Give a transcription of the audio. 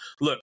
Look